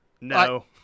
No